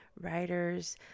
writers